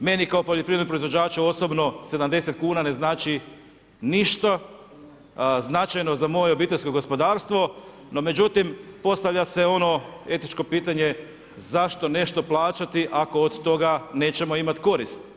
meni kao poljoprivrednom proizvođaču osobno 70 kuna ne znači ništa značajno za moje obiteljsko gospodarstvo, no međutim, postavlja se ono etičko pitanje, zašto nešto plaćati ako od toga nećemo imat koristi?